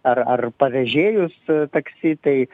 ar ar pavėžėjus taksi tai